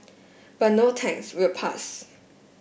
but no thanks we'll pass